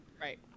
Right